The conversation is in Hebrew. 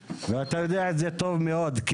ואתה יודע את זה טוב מאוד.